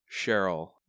Cheryl